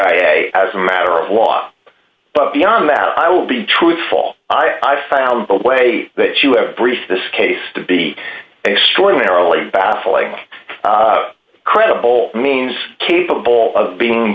be a as a matter of law but beyond that i will be truthful i found the way that you have briefs this case to be extraordinarily baffling credible means capable of being